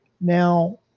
Now